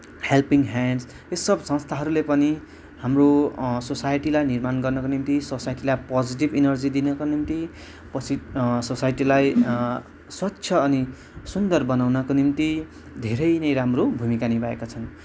helping hands यो सब संस्थाहरूले पनि हाम्रो सोसाइटीलाई निर्माण गर्नको निम्ति सोसाइटीलाई पोजिटिभ एनर्जी दिनको निम्ति पछि सोसाइटीलाई स्वच्छ अनि सुन्दर बनाउनको निम्ति धेरै नै राम्रो भूमिका निभाएका छन्